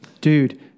dude